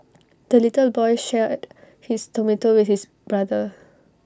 the little boy shared his tomato with his brother